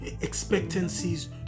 expectancies